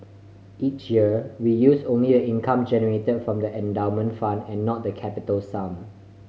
each year we use only the income generated from the endowment fund and not the capital sum